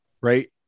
right